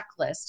checklist